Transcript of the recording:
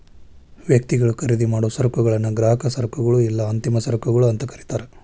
ವ್ಯಕ್ತಿಗಳು ಖರೇದಿಮಾಡೊ ಸರಕುಗಳನ್ನ ಗ್ರಾಹಕ ಸರಕುಗಳು ಇಲ್ಲಾ ಅಂತಿಮ ಸರಕುಗಳು ಅಂತ ಕರಿತಾರ